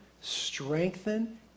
strengthen